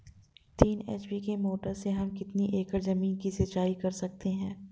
तीन एच.पी की मोटर से हम कितनी एकड़ ज़मीन की सिंचाई कर सकते हैं?